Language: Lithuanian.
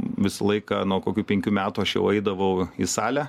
visą laiką nuo kokių penkių metų aš jau eidavau į salę